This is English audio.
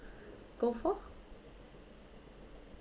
go for